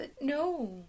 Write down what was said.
No